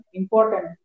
important